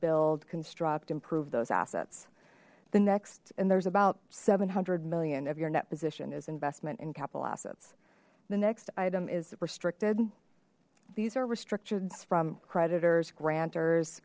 build construct improve those assets the next and there's about seven hundred million of your net position is investment in capital assets the next item is restricted these are restrictions from creditors gran